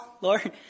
Lord